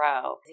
grow